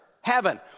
heaven